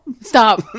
stop